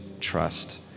trust